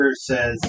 says